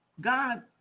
God